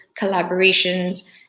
collaborations